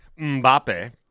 Mbappe